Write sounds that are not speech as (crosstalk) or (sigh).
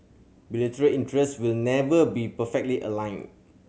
(unintelligible) interest will never be perfectly aligned